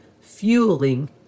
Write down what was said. fueling